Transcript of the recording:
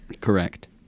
correct